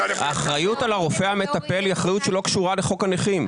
האחריות על הרופא המטפל היא אחריות שלא קשורה לחוק הנכים.